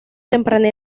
temprana